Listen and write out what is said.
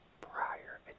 prior